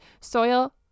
Soil